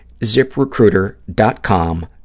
ZipRecruiter.com